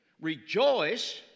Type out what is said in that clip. Rejoice